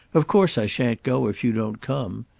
of course i shan't go if you don't come.